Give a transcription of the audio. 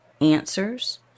answers